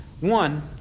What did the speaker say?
One